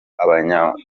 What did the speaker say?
abanyamakuru